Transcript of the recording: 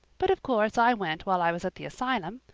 but of course i went while i was at the asylum.